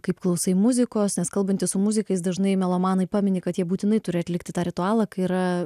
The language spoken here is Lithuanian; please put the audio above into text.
kaip klausai muzikos nes kalbantis su muzikais dažnai melomanai pamini kad jie būtinai turi atlikti tą ritualą kai yra